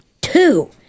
Two